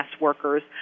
workers